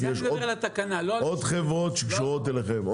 כי יש עוד חברות שקשורות אליכם.